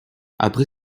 après